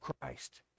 Christ